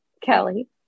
kelly